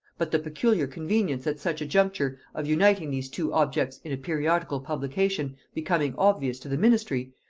but the peculiar convenience at such a juncture of uniting these two objects in a periodical publication becoming obvious to the ministry,